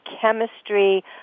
chemistry